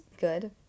good